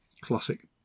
classic